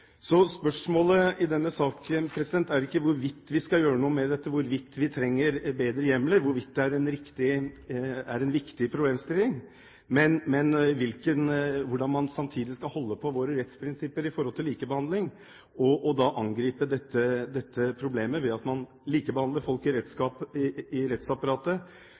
Spørsmålet i denne saken er ikke hvorvidt vi skal gjøre noe med dette, hvorvidt vi trenger bedre hjemler, og hvorvidt det er en viktig problemstilling, men hvordan man samtidig skal holde på våre rettsprinsipper når det gjelder likebehandling, og angripe dette problemet med at man likebehandler folk i